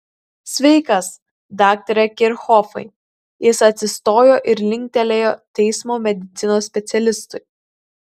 sveikas daktare kirchhofai jis atsistojo ir linktelėjo teismo medicinos specialistui